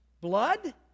Blood